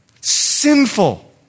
sinful